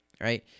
right